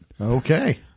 Okay